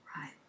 Right